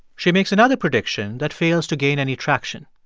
she makes another prediction that fails to gain any traction.